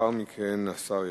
לאחר מכן השר ישיב.